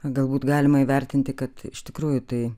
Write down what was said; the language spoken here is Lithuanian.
galbūt galima įvertinti kad iš tikrųjų tai